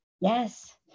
Yes